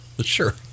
Sure